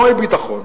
לא מביטחון.